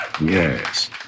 Yes